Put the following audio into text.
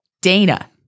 Dana